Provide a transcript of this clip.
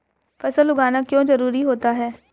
फसल उगाना क्यों जरूरी होता है?